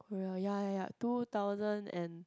korea ya ya ya two thousand and